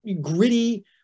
gritty